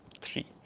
three